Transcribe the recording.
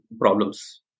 problems